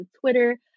Twitter